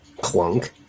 Clunk